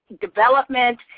development